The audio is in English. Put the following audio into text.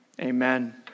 amen